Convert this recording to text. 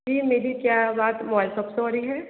जी मेरी क्या बात मोबाइल शॉप से हो रही है